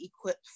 equipped